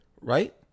right